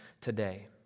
today